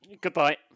Goodbye